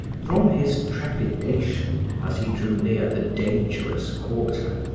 from his trepidation, as he drew near the dangerous quarter,